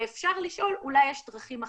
ואפשר לשאול אולי יש דרכים אחרות,